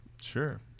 Sure